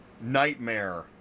nightmare